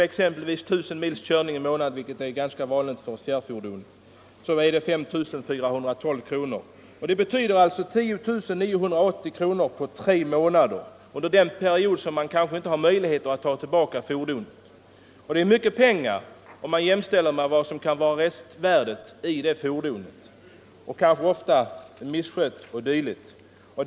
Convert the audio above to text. Om vederbörande har kört 1000 mil i månaden, vilket är ganska vanligt för ett fjärrtrafikfordon, så blir dieselskatten 5 412 kronor, vilket allt tillsammans gör 10 980 kronor på tre månader — alltså under den tid då det säljande företaget inte har haft några möjligheter att ta tillbaka fordonet. Det är mycket pengar, om man jämför med vad som kan vara det verkliga värdet för fordonet, som ofta kan ha blivit ganska misskött.